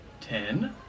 Ten